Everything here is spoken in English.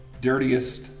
dirtiest